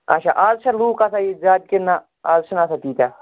اچھا آز چھا لوٗکھ آسان ییٚتہِ زیادٕ کِنہٕ نہ آز چھنہٕ آسان تیٖتیاہ